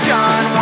John